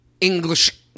English